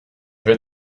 vais